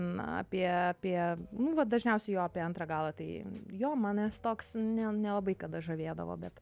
na apie apie nu va dažniausiai jo apie antrą galą tai jo manęs toks ne nelabai kada žavėdavo bet